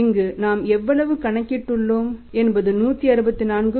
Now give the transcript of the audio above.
இங்கு நாம் எவ்வளவு கணக்கிட்டு உள்ளோம் என்பது 164